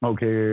Okay